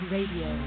Radio